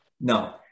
No